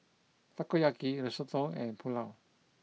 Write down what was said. Takoyaki Risotto and Pulao